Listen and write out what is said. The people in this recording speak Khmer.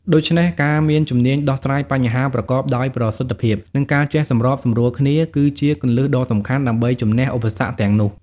ដូច្នេះ ការមានជំនាញដោះស្រាយបញ្ហាប្រកបដោយប្រសិទ្ធភាព និងការចេះសម្របសម្រួលគ្នា គឺជាគន្លឹះដ៏សំខាន់ដើម្បីជម្នះឧបសគ្គទាំងនោះ។